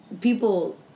people